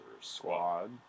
Squad